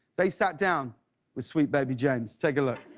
they sat down with sweet baby james. take a look.